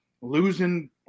losing